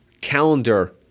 calendar